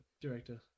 Director